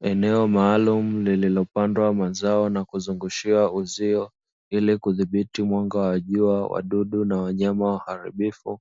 Eneo maalumu lililopandwa mazao na kuzungushiwa uzio, ili kudhibiti mwanga wa jua, wadudu na wanyama waharibifu.